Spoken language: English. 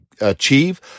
achieve